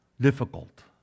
difficult